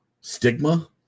stigma